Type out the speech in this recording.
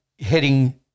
heading